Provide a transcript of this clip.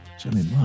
Jimmy